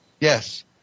Yes